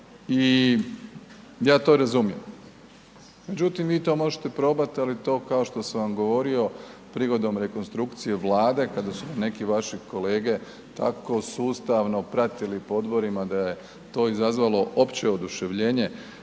i ja to razumijem. Međutim, vi to možete probati, ali to kao što sam vam govorio, prigodom rekonstrukcije Vlade, kada su neki vaši kolege tako sustavno pratili po odborima da je to izazvalo opće oduševljenje